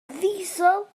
ddiesel